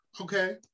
Okay